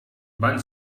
van